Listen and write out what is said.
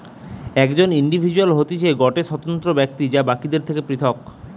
একজন ইন্ডিভিজুয়াল হতিছে গটে স্বতন্ত্র ব্যক্তি যে বাকিদের থেকে পৃথক